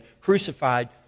crucified